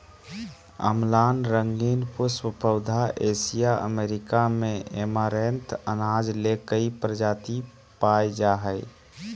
अम्लान रंगीन पुष्प पौधा एशिया अमेरिका में ऐमारैंथ अनाज ले कई प्रजाति पाय जा हइ